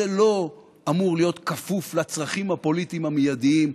זה לא אמור להיות כפוף לצרכים הפוליטיים המיידיים.